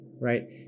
Right